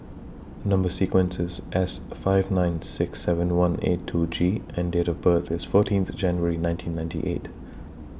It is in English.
Number sequence IS S five nine six seven one eight two G and Date of birth IS fourteenth January nineteen ninety eight